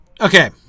Okay